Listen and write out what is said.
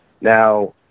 Now